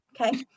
Okay